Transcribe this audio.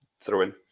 throw-in